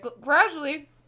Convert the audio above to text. gradually